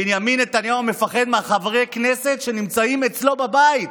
בנימין נתניהו מפחד מחברי הכנסת שנמצאים אצלו בבית,